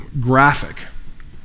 graphic